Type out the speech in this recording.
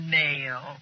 mail